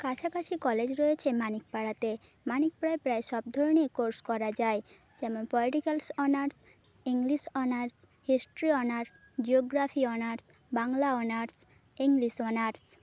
কাছাকাছি কলেজ রয়েছে মানিকপাড়াতে মানিকপাড়ায় প্রায় সবধরনই কোর্স করা যায় যেমন political honours English honours history honours geography honours Bangla honours English honours